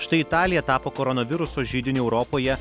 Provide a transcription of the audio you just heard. štai italija tapo koronaviruso židiniu europoje